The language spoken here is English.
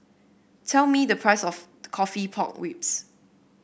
tell me the price of coffee Pork Ribs